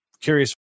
curious